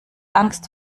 angst